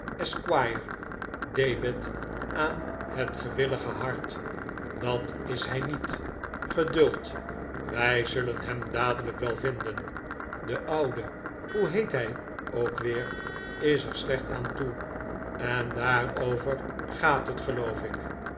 aan het gewillig hart dat is hij niet geduld wij zullen hem dadelijk wel vinden de oude hoe heet hij ook weer is er slecht aan toe en daarover gaat het geloof ik